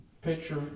Picture